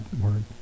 word